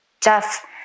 Jeff